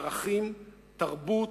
ערכים, תרבות,